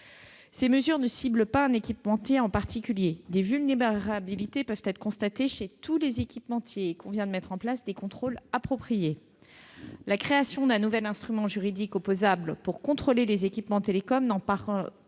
Ces mesures ne ciblent pas un équipementier en particulier. Des vulnérabilités peuvent être constatées chez tous les équipementiers et il convient de mettre en place les contrôles appropriés. La création d'un nouvel instrument juridique opposable pour contrôler les équipements télécoms n'emporte pas